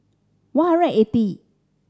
one hundred eighty